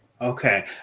okay